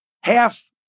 half